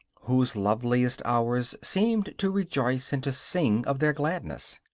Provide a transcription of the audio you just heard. whose loveliest hours seemed to rejoice and to sing of their gladness.